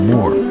More